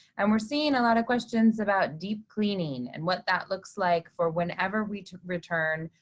and we're seeing a lot of questions about deep cleaning and what that looks like for whenever we return,